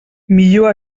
millor